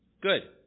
Good